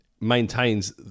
maintains